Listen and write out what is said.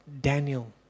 Daniel